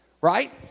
Right